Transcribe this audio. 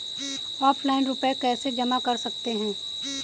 Offline रुपये कैसे जमा कर सकते हैं?